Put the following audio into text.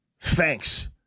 thanks